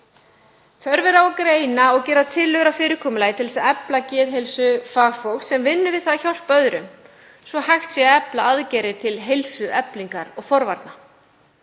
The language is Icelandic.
Þörf er á að greina og gera tillögur að fyrirkomulagi til þess að efla geðheilsu fagfólks sem vinnur við að hjálpa öðrum svo að hægt sé að efla aðgerðir til heilsueflingar og forvarna.